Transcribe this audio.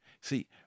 see